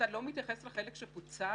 אתה לא מתייחס לחלק שפוצל?